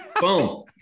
Boom